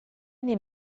anni